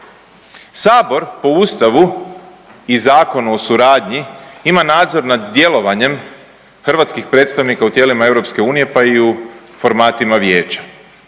Sabor po Ustavu i Zakonu o suradnji ima nadzor nad djelovanjem hrvatskih predstavnika u tijelima EU pa i u formatima Vijeća